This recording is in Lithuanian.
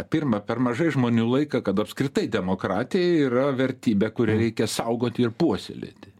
pirma per mažai žmonių laiko kad apskritai demokratija yra vertybė kurią reikia saugoti ir puoselėti